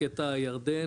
קטע ירדן,